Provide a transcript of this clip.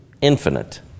infinite